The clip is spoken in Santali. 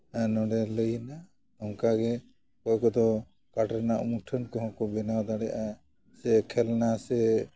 ᱱᱚᱰᱮ ᱞᱟᱹᱭᱮᱱᱟ ᱚᱱᱠᱟ ᱜᱮ ᱚᱠᱚᱭ ᱠᱚᱫᱚ ᱠᱟᱴ ᱨᱮᱱᱟᱜ ᱢᱩᱴᱷᱟᱹᱱ ᱠᱚᱦᱚᱸ ᱠᱚ ᱵᱮᱱᱟᱣ ᱫᱟᱲᱮᱭᱟᱜᱼᱟ ᱥᱮ ᱠᱷᱮᱞᱱᱟ ᱥᱮ ᱠᱷᱮᱹᱞ